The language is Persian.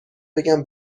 بگم